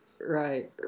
Right